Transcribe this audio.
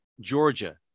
Georgia